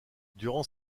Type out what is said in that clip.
durant